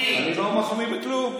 אני לא מחמיא בכלום.